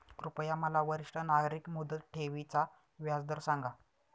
कृपया मला वरिष्ठ नागरिक मुदत ठेवी चा व्याजदर सांगा